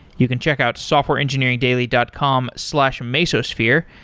you can check out softwareengineeringdaily dot com slash mesosphere,